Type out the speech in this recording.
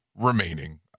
remaining